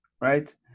right